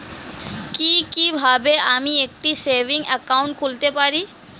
কি কিভাবে আমি একটি সেভিংস একাউন্ট খুলতে পারি?